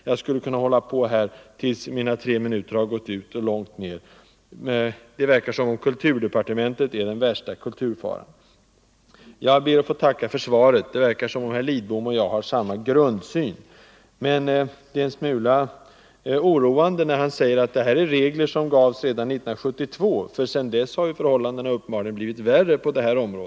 Jag skulle kunna hålla på tills mina tre minuter gått ut och mycket längre. Det verkar som om kulturdepartementet är den värsta kulturfaran. Jag ber att få tacka för svaret. Det verkar som om herr Lidbom och jag har samma grundsyn, men det är en smula oroande att —- som herr Lidbom sade — regler om att skriva klart och tydligt gavs redan 1972, för sedan dess har förhållandena uppenbarligen blivit värre.